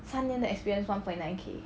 三年的 experience one point nine K